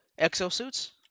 Exosuits